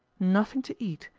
nothing to eat,